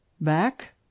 Back